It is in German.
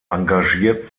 engagiert